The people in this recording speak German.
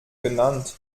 genannt